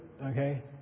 Okay